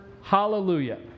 hallelujah